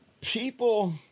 people